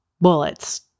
bullets